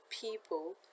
people